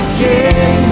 king